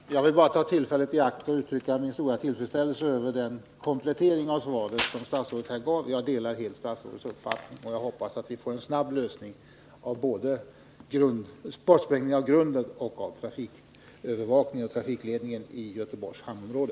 Herr talman! Jag vill bara ta tillfället i akt att uttrycka min stora tillfredsställelse över den komplettering av svaret som statsrådet här gav. Jag delar helt statsrådets uppfattning, och jag hoppas att vi får en snabb lösning både när det gäller bortsprängning av grunden och när det gäller trafikövervakningen i Göteborgs hamnområde.